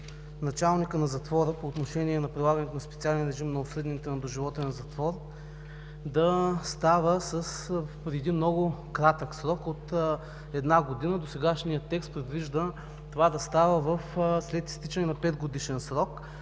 началника на затвора по отношение на прилагането на специален режим на осъдените на доживотен затвор да става в един много кратък срок от една година. Досегашният текст предвижда това да става след изтичане на 5-годишен срок.